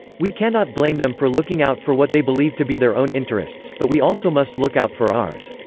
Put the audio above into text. we cannot blame them for looking out for what they believe to be their own interests, but we also must look out for ours.